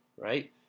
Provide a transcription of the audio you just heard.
right